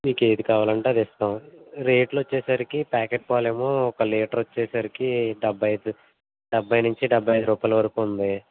మీకేది కావాలంటే అది ఇస్తాం రేట్లొచ్చేసరికి ప్యాకెట్ పాలేమో ఒక లీటరొచ్చేసరికి డెబ్భై ఐదు డెబ్భై నుంచి డెబ్భై ఐదు రూపాయల వరకూ ఉంది